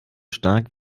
stark